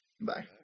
Bye